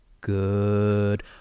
Good